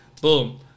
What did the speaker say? Boom